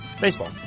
Baseball